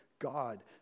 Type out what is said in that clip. God